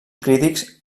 crítics